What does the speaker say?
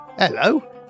Hello